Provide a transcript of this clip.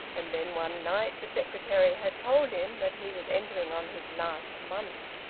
and then one night the secretary had told him that he was entering on his last month.